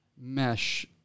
mesh